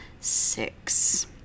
Six